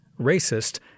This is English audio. racist